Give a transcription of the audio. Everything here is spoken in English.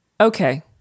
Okay